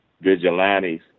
vigilantes